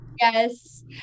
yes